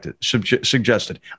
suggested